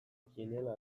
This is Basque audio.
kiniela